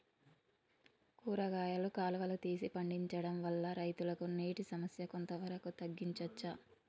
కూరగాయలు కాలువలు తీసి పండించడం వల్ల రైతులకు నీటి సమస్య కొంత వరకు తగ్గించచ్చా?